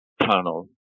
tunnel